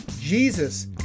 Jesus